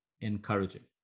encouraging